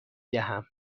دهم